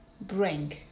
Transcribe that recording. bring